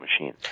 machine